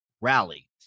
rally